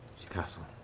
the castle.